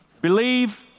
Believe